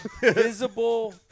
visible